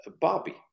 Barbie